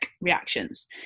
reactions